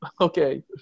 Okay